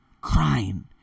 crying